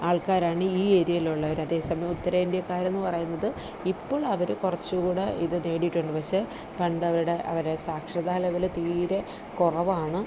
ആൾക്കാരാണ് ഈ ഏരിയേലുള്ളവർ അതേ സമയം ഉത്തരേന്ത്യക്കാരെന്ന് പറയുന്നത് ഇപ്പോൾ അവർ കുറച്ചു കൂടെ ഇത് നേടീട്ടുണ്ട് പക്ഷേ പണ്ടവരുടെ അവരെ സാക്ഷരത ലെവല് തീരെ കുറവാണ്